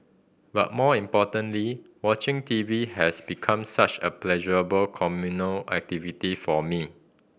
but more importantly watching T V has become such a pleasurable communal activity for me